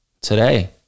today